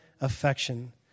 affection